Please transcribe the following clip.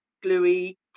gluey